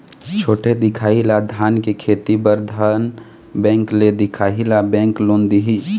छोटे दिखाही ला धान के खेती बर धन बैंक ले दिखाही ला बैंक लोन दिही?